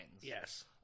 Yes